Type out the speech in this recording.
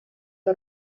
que